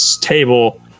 table